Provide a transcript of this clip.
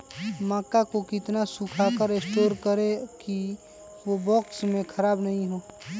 मक्का को कितना सूखा कर स्टोर करें की ओ बॉक्स में ख़राब नहीं हो?